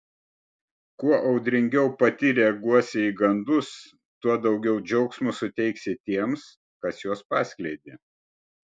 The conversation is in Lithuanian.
kuo audringiau pati reaguosi į gandus tuo daugiau džiaugsmo suteiksi tiems kas juos paskleidė